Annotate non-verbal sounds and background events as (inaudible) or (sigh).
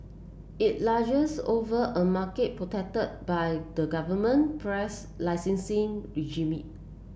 it (unintelligible) over a market protected by the government press licensing regime